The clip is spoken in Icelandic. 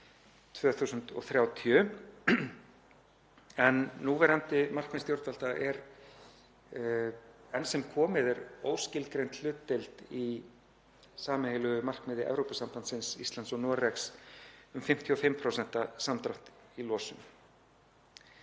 en núverandi markmið stjórnvalda er enn sem komið er óskilgreind hlutdeild í sameiginlegu markmiði Evrópusambandsins, Íslands og Noregs um 55% samdrátt í losun.